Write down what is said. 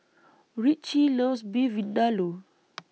Ritchie loves Beef Vindaloo